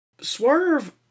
swerve